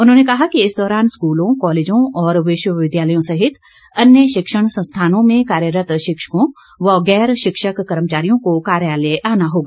उन्होंने कहा कि स्कूलों कालेजों और विश्वविद्यालयों सहित अन्य शिक्षण संस्थानों में कार्यरत शिक्षकों व गैर शिक्षक कर्मचारियों को कार्यालय आना होगा